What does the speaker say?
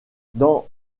dans